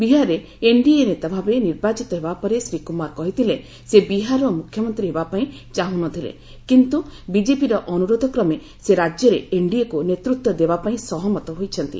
ବିହାରରେ ଏନ୍ଡିଏ ନେତାଭାବେ ନିର୍ବାଚିତ ହେବା ପରେ ଶ୍ରୀ କୁମାର କହିଥିଲେ ସେ ବିହାରର ମୁଖ୍ୟମନ୍ତ୍ରୀ ହେବାପାଇଁ ଚାହୁଁନଥିଲେ କିନ୍ତୁ ବିଜେପିର ଅନୁରୋଧକ୍ରମେ ସେ ରାଜ୍ୟରେ ଏନଡିଏକୁ ନେତୃତ୍ୱ ଦେବା ପାଇଁ ସହମତ ହୋଇଛନ୍ତି